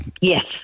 Yes